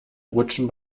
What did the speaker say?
rutschen